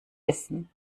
wissen